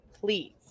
please